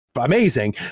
amazing